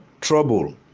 trouble